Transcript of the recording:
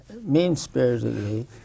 mean-spiritedly